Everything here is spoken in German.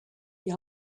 die